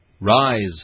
Rise